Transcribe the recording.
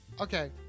Okay